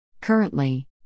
Currently